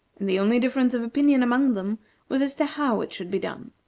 and the only difference of opinion among them was as to how it should be done.